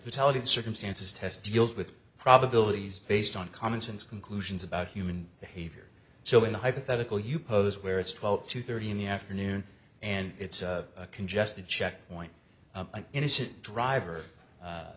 fatality circumstances test deals with probabilities based on commonsense conclusions about human behavior so in a hypothetical you pose where it's twelve to thirty in the afternoon and it's congested checkpoint innocent driver